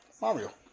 Mario